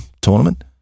tournament